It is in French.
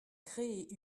créer